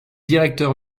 directeur